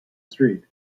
street